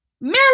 Mary